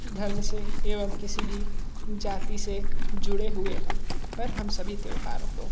धर्म से एवं किसी भी जाति से जुड़े हुए हों पर हम सभी त्यौहारों को